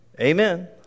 Amen